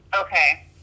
Okay